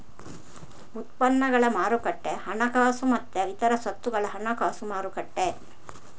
ಉತ್ಪನ್ನಗಳ ಮಾರುಕಟ್ಟೆ ಹಣಕಾಸು ಮತ್ತೆ ಇತರ ಸ್ವತ್ತುಗಳ ಹಣಕಾಸು ಮಾರುಕಟ್ಟೆ